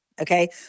Okay